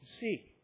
see